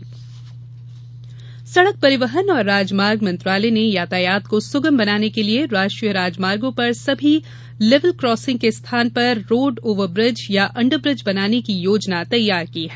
underbridge सड़क परिवहन और राजमार्ग मंत्रालय ने यातायात को सुगम बनाने के लिए राष्ट्रीय राजमागों पर सभी लेवल कासिंग के स्थान पर रोड ओवरब्रिज या अण्डरब्रिज बनाने की योजना तैयार की है